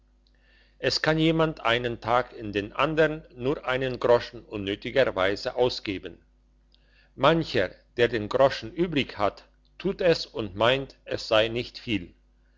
es kann jemand einen tag in den andern nur einen groschen unnötigerweise ausgeben mancher der den groschen übrig hat tut es und meint es sei nicht viel